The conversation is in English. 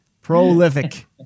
Prolific